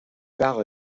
phare